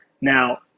Now